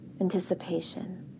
anticipation